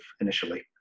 initially